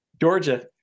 Georgia